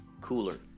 cooler